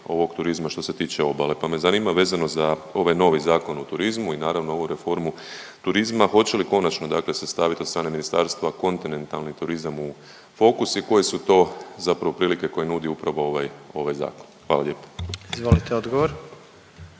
ovog turizma što se tiče obale. Pa me zanima vezano za ovaj novi zakon o turizmu i naravno ovu reformu turizma, hoće li konačno dakle se stavit od strane ministarstva kontinentalni turizam u fokus i koje su to zapravo prilike koje nudi upravo ovaj, ovaj zakon. Hvala lijepo. **Jandroković,